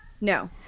No